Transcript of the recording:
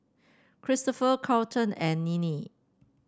Cristofer Carleton and Ninnie